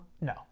No